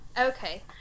Okay